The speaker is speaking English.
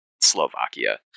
Slovakia